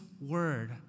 word